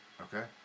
Okay